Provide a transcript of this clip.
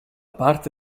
parte